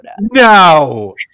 No